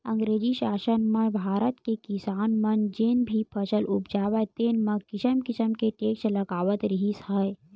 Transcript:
अंगरेजी सासन म भारत के किसान मन जेन भी फसल उपजावय तेन म किसम किसम के टेक्स लगावत रिहिस हे